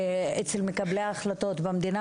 בקרב מקבלי ההחלטות במדינה,